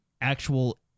actual